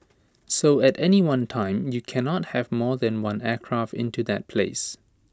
so at any one time you can not have more than one aircraft into that place